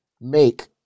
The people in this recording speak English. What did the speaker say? make